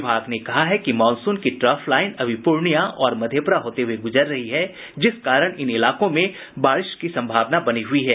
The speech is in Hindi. विभाग ने कहा है कि मॉनसून की ट्रफ लाईन अभी पूर्णियां और मधेपुरा होते हुये गुजर रही है जिस कारण इन इलाकों में बारिश की संभावना बनी हुई है